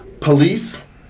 Police